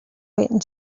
wait